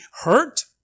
hurt